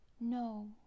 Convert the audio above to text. No